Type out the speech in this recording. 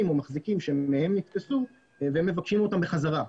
ומחזיקים שמהם הם נתפסו המבקשים אותם חזרה.